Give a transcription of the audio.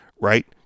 right